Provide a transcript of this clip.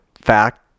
fact